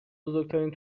بزرگترین